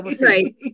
right